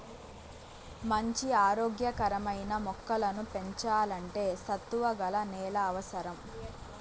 మంచి ఆరోగ్య కరమైన మొక్కలను పెంచల్లంటే సత్తువ గల నేల అవసరం